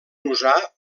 usar